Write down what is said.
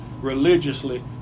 religiously